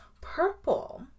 purple